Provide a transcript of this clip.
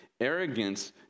arrogance